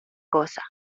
cosa